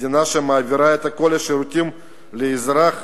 מדינה שמעבירה את כל השירותים לאזרח